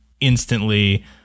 instantly